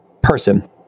person